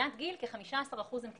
מבחינת גיל כ-15% הם קטינים.